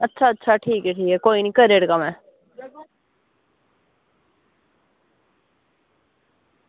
अच्छा अच्छा ठीक ऐ करी ओड़गा में